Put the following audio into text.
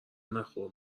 نخور